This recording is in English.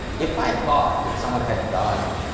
if i thought that someone had done,